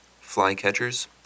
flycatchers